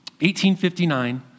1859